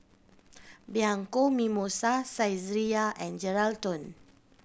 Bianco Mimosa Saizeriya and Geraldton